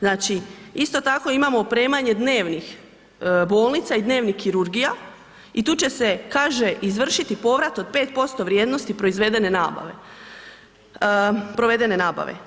Znači isto tako imamo opremanje dnevnih bolnica i dnevnih kirurgija i tu će se kaže izvršiti povrat od 5% vrijednosti provedene nabave.